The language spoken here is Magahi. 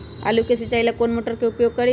आलू के सिंचाई ला कौन मोटर उपयोग करी?